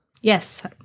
Yes